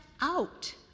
out